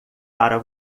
para